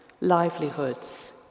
livelihoods